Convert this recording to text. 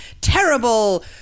terrible